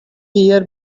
hear